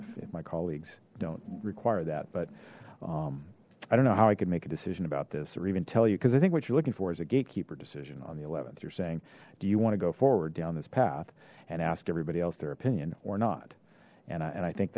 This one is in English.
answered if my colleagues don't require that but i don't know how i could make a decision about this or even tell you because i think what you're looking for is a gatekeeper decision on the th you're saying do you want to go forward down this path and ask everybody else their opinion or not and and i think